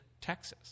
Texas